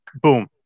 boom